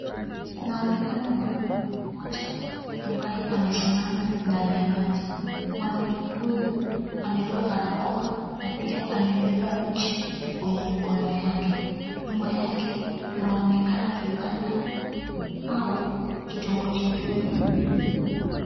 Kunaonekana mwanaume mmoja ambaye amesimama ndani ya maji. Mwanaume huyu amevaa barakoa na pia amebeba mche kwenye mkono yake. Nyuma yake kunaonekana vibanda au kitongoji duni.